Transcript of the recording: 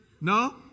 No